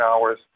hours